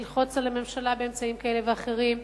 ללחוץ על הממשלה באמצעים כאלה ואחרים,